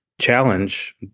challenge